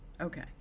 Okay